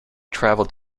travelled